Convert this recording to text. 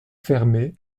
fermé